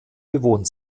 bewohnt